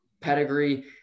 pedigree